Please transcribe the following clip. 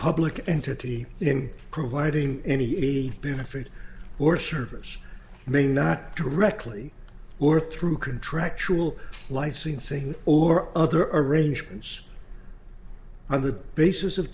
public entity in providing any benefit or service may not directly or through contractual licensing or other arrangements on the basis of